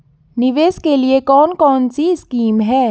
निवेश के लिए कौन कौनसी स्कीम हैं?